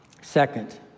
Second